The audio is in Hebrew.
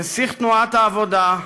נסיך תנועת העבודה,